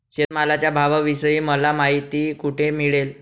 शेतमालाच्या भावाविषयी मला माहिती कोठे मिळेल?